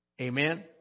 Amen